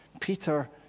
Peter